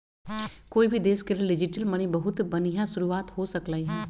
कोई भी देश के लेल डिजिटल मनी बहुत बनिहा शुरुआत हो सकलई ह